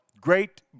Great